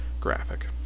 graphic